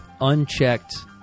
unchecked